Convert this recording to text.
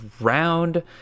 round